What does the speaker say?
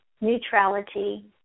neutrality